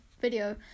video